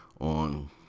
on